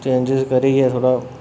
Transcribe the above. change करियै थोह्ड़ा